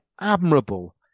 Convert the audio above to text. admirable